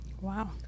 Wow